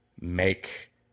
make